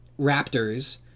raptors